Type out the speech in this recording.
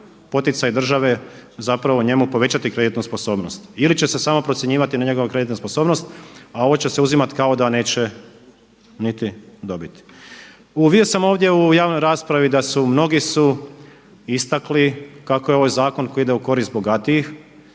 poticaj države povećati njemu kreditnu sposobnost ili će se samo procjenjivati njegova kreditna sposobnost, a ovo će se uzimati kao da neće niti dobiti? Vidio sam ovdje u javnoj raspravi da su mnogi istakli kako je ovaj zakon koji ide u korist bogatijih